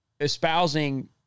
espousing—